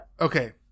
okay